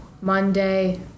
Monday